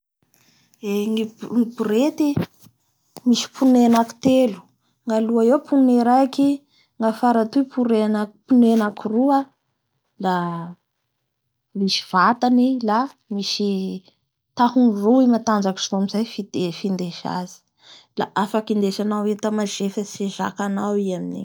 Eee ny bro- ny brety misy pone anaky telo ngnaloa eo pone raiky gnafara atoy pone anaky roa la misy vatany la misy tahony roy matanjaky soa amizay finde-findesa azy la afaky indesanao enta mazefatsy izay zakanao i amin'igny.